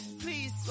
Please